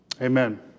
Amen